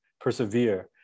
persevere